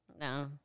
No